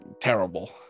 terrible